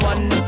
One